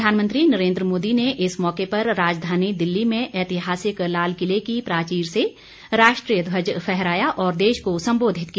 प्रधानमंत्री नरेन्द्र मोदी ने इस मौके पर राजधानी दिल्ली में ऐतिहासिक लाल किले की प्राचीर से राष्ट्रीय ध्वज फहराया और देश को संबोधित किया